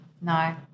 no